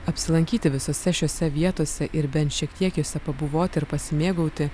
apsilankyti visose šiose vietose ir bent šiek tiek juose pabuvoti ir pasimėgauti